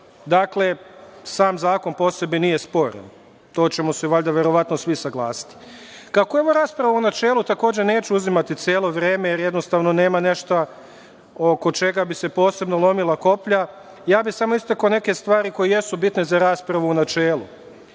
Dakle, sam zakon po sebi nije sporan i to ćemo se verovatno svi saglasiti. Kako je ovo rasprava u načelu, neću uzimati celo vreme, jer jednostavno nema nešto oko čega bi se posebno lomila koplja. Ja bih istakao neke stvari koje jesu bitne za raspravu u načelu,